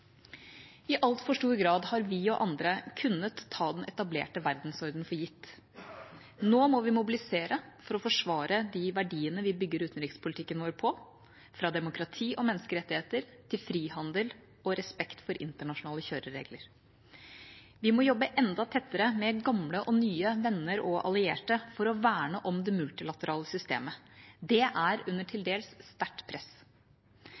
I altfor stor grad har vi og andre kunnet ta den etablerte verdensordenen for gitt. Nå må vi mobilisere for å forsvare de verdiene vi bygger utenrikspolitikken vår på – fra demokrati og menneskerettigheter til frihandel og respekt for internasjonale kjøreregler. Vi må jobbe enda tettere med gamle og nye venner og allierte for å verne om det multilaterale systemet. Det er under til dels sterkt press.